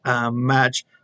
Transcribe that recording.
match